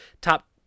top